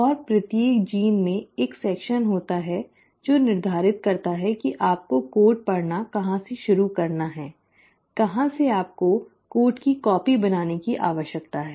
और प्रत्येक जीन में एक खंड होता है जो निर्धारित करता है कि आपको कोड पढ़ना कहां से शुरू करना है कहां से आपको कोड की प्रतिलिपि बनाने की आवश्यकता है